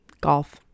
Golf